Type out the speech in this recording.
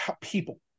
people